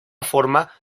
forma